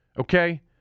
okay